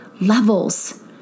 levels